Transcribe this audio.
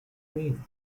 mean